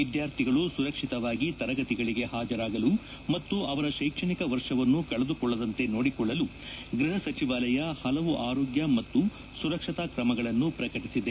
ವಿದ್ಯಾರ್ಥಿಗಳು ಸುರಕ್ಷಿತವಾಗಿ ತರಗತಿಗಳಿಗೆ ಹಾಜರಾಗಲು ಮತ್ತು ಅವರ ಶೈಕ್ಷಣಿಕ ವರ್ಷವನ್ನು ಕಳೆದುಕೊಳ್ಳದಂತೆ ನೋಡಿಕೊಳ್ಳಲು ಗ್ಬಹ ಸಚಿವಾಲಯ ಹಲವು ಆರೋಗ್ಯ ಮತ್ತು ಸುರಕ್ಷತಾ ಕ್ರಮಗಳನ್ನು ಪ್ರಕಟಿಸಿದೆ